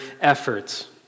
efforts